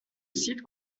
site